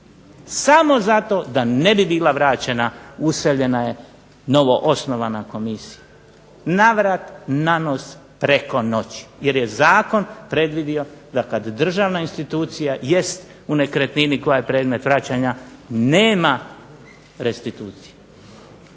Samo zato da ne bi bila vraćena useljena je novoosnovana komisija, na vrat, na nos preko noći jer je zakon predvidio da kad državna institucija jest u nekretnini koja je predmet vraćanja nema restitucije.